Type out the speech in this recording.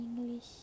English